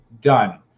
done